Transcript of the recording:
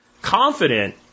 Confident